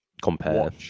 compare